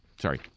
Sorry